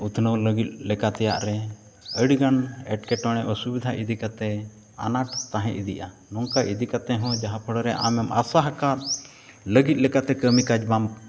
ᱩᱛᱱᱟᱹᱣ ᱞᱟᱹᱜᱤᱫ ᱞᱮᱠᱟ ᱛᱮᱭᱟᱜ ᱨᱮ ᱟᱹᱰᱤᱜᱟᱱ ᱮᱸᱴᱠᱮᱴᱚᱬᱮ ᱚᱥᱩᱵᱤᱫᱷᱟ ᱤᱫᱤ ᱠᱟᱛᱮᱫ ᱟᱱᱟᱴ ᱛᱟᱦᱮᱸ ᱤᱫᱤᱜᱼᱟ ᱱᱚᱝᱠᱟ ᱤᱫᱤ ᱠᱟᱛᱮᱫ ᱦᱚᱸ ᱡᱟᱦᱟᱸ ᱯᱟᱲᱟ ᱨᱮ ᱟᱢᱮᱢ ᱟᱥᱟ ᱟᱠᱟᱫ ᱞᱟᱹᱜᱤᱫ ᱞᱮᱠᱟᱛᱮ ᱠᱟᱹᱢᱤ ᱠᱟᱡᱽ ᱵᱟᱢ